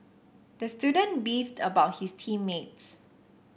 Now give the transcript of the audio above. the student beefed about his team mates